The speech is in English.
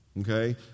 Okay